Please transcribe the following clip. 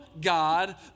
God